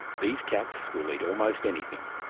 these cats will eat almost anything.